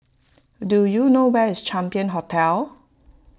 do you know where is Champion Hotel